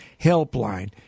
Helpline